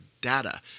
data